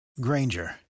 Granger